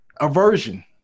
aversion